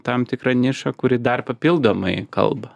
tam tikra niša kuri dar papildomai kalba